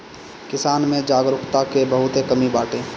किसान में जागरूकता के बहुते कमी बाटे